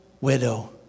widow